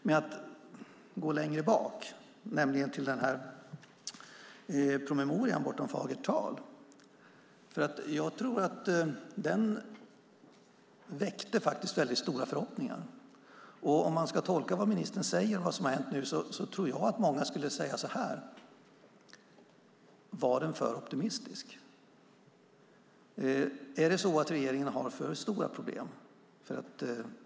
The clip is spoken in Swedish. Jag vill gå längre bak till promemorian Bortom fagert tal - om bristande tillgänglighet som diskriminering. Jag tror att den promemorian väckte stora förhoppningar. Om jag ska tolka vad ministern säger om vad som har hänt tror jag att många undrar om den var för optimistisk. Har regeringen för stora problem?